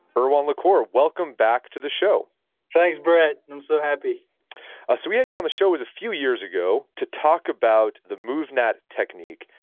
erwan le corre, welcome back to the show thanks, brett. i'm so happy ah so we had you on the show, it was few years ago to talk about the movnat technique,